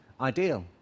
ideal